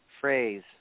phrase